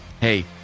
Hey